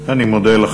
אני מודה לך.